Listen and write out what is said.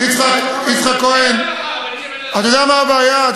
יצחק כהן, אתה יודע מה הבעיה?